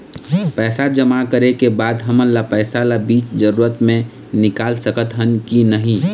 पैसा जमा करे के बाद हमन पैसा ला बीच जरूरत मे निकाल सकत हन की नहीं?